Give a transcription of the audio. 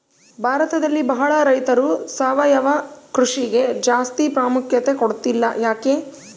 ಭಾರತದಲ್ಲಿ ಬಹಳ ರೈತರು ಸಾವಯವ ಕೃಷಿಗೆ ಜಾಸ್ತಿ ಪ್ರಾಮುಖ್ಯತೆ ಕೊಡ್ತಿಲ್ಲ ಯಾಕೆ?